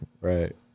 Right